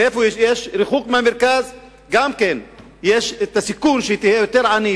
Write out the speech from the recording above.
ובמקום שרחוק מהמרכז יש גם סיכוי שתהיה יותר עני,